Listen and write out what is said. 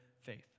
faith